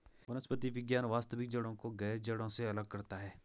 वनस्पति विज्ञान वास्तविक जड़ों को गैर जड़ों से अलग करता है